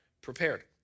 Prepared